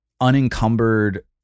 unencumbered